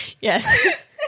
Yes